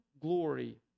glory